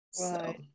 Right